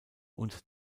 und